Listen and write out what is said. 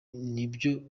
nibyo